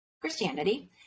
Christianity